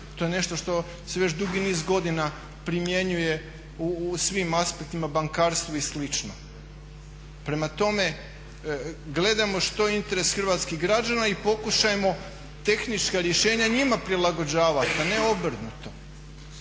to je nešto što se već dugi niz godina primjenjuje u svim aspektima, bankarstvu i slično. Prema tome, gledajmo što je interes hrvatskih građana i pokušajmo tehnička rješenja njima prilagođavat, a ne obrnuto.